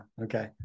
Okay